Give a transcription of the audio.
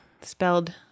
spelled